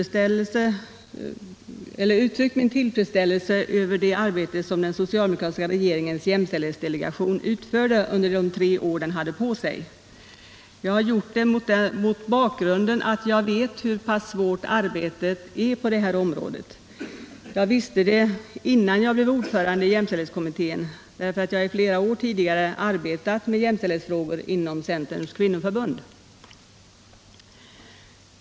Själv har jag ofta uttryckt min tillfredsställelse över det arbete som den socialdemokratiska regeringens jämställdhetsdelegation utförde under de tre år den hade på sig. Jag har gjort det mot bakgrunden av att jag vet hur pass svårt arbetet på det här området är. Jag visste det innan jag blev ordförande i jämställdhetskommittén, därför att jag i flera år tidigare arbetat med jämställdhetsfrågor inom Centerns kvinnoför bund.